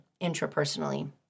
intrapersonally